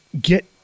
get